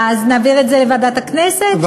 אז נעביר את זה לוועדת הכנסת, שתקבע?